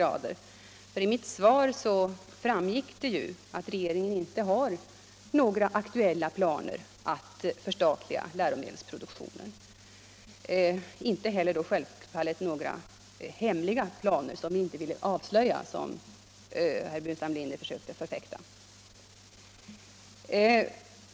Av mitt svar framgick det ju att regeringen inte har några aktuella planer på att förstatliga läromedelsproduktionen — självklart inte heller några hemliga planer som vi inte avslöjar, vilket herr Burenstam Linder sökte förfäkta.